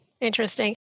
Interesting